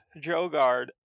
Jogard